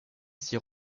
s’y